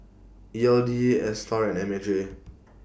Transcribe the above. E L D ASTAR and M H A